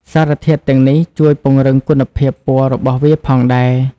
សារធាតុទាំងនេះជួយពង្រឹងគុណភាពពណ៌របស់វាផងដែរ។